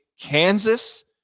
Kansas